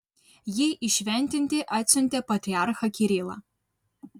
jį įšventinti atsiuntė patriarchą kirilą